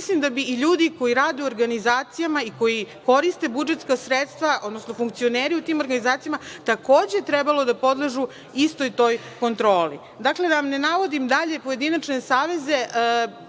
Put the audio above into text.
mislim da bi ljudi koji rade u organizacijama i koji koriste budžetska sredstva, odnosno funkcioneri u tim organizacijama bi takođe trebalo da podležu istoj toj kontroli. Dakle, da vam ne navodim dalje pojedinačne saveze.